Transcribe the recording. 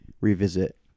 revisit